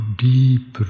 deep